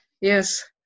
Yes